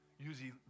usually